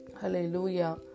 Hallelujah